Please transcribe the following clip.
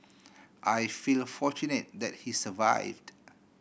I feel fortunate that he survived